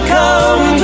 come